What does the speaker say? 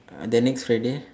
then next Friday eh